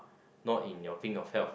not in your pink of health